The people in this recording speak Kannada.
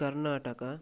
ಕರ್ನಾಟಕ